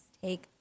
take